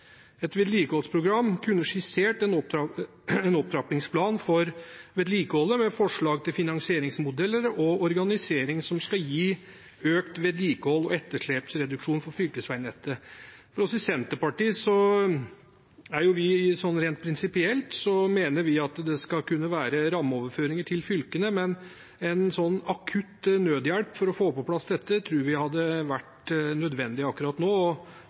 et større statlig bidrag. Et vedlikeholdsprogram kunne skissert en opptrappingsplan for vedlikeholdet, med forslag til finansieringsmodell og organisering som skal gi økt vedlikehold og etterslepsreduksjon på fylkesveinettet. Vi i Senterpartiet mener rent prinsipielt at det skal kunne være rammeoverføringer til fylkene, men en akutt nødhjelp for å få dette på plass tror vi hadde vært nødvendig akkurat nå,